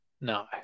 No